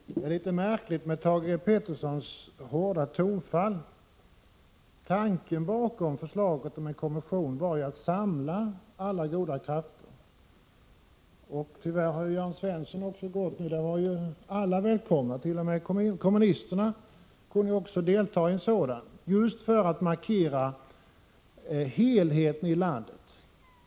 Herr talman! Det är litet märkligt att Thage Peterson använder så hårda tonfall. Tanken bakom förslaget om en kommission var ju att samla alla goda krafter. Tyvärr har Jörn Svensson nu lämnat kammaren, men jag vill säga att alla var välkomna. T. o. m. kommunisterna skulle kunna delta i en sådan här kommission, just för att markera helheten på detta område.